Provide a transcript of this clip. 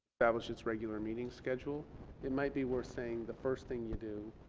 establish its regular meeting schedule it might be worth saying the first thing you do